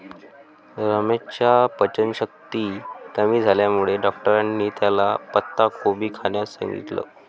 रमेशच्या पचनशक्ती कमी झाल्यामुळे डॉक्टरांनी त्याला पत्ताकोबी खाण्यास सांगितलं